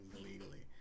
illegally